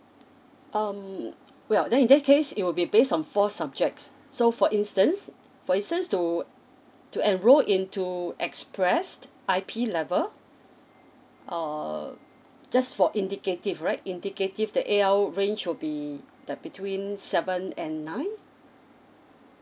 um well then in that case it will be based on four subjects so for instance for instance to to enrol into express I_P level uh just for indicative right indicative the A_L range will be the between seven and nine